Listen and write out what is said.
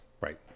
Right